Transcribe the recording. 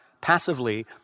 passively